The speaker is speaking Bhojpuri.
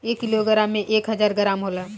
एक किलोग्राम में एक हजार ग्राम होला